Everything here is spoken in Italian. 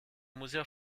museo